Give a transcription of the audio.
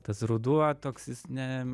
tas ruduo toks jis ne